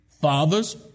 Fathers